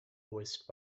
voiced